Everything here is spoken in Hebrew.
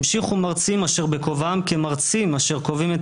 המשיכו מרצים אשר בכובעם כמרצים אשר קובעים את